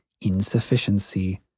insufficiency